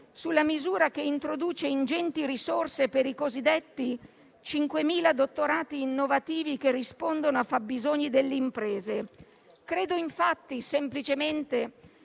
sulla misura che introduce ingenti risorse per i cosiddetti 5.000 dottorati innovativi che rispondono a fabbisogni delle imprese. Credo infatti semplicemente